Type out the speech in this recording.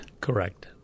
Correct